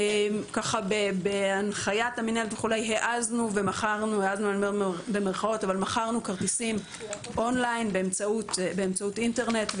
בהנחיית המינהלת "העזנו" ומכרנו כרטיסים און-ליין באמצעות אינטרנט.